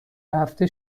هفته